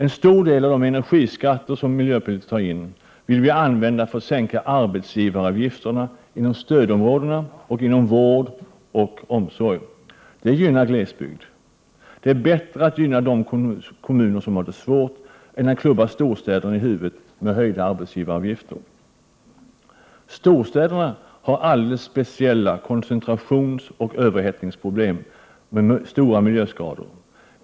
En stor del av energiskatterna vill miljöpartiet de gröna använda till att sänka arbetsgivaravgifterna inom stödområdena och inom vård och omsorg. Detta gynnar glesbygd. Det är bättre att gynna de kommuner som har det svårt än att klubba storstäderna i huvudet med höjda arbetsgivaravgifter. Storstäderna har alldeles speciella koncentrationsoch överhettningsproblem med stora miljöskador.